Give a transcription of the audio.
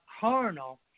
carnal